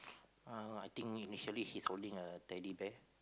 uh I think initially he is holding a teddy bear